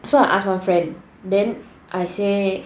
so I ask one friend then I say